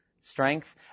strength